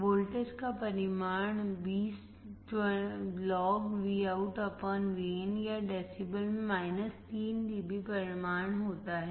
voltage का परिमाण 20logVout Vin या डेसीबल में 3 dB परिमाण होता है